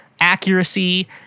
accuracy